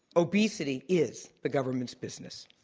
obesity is the government's business.